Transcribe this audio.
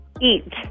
Eat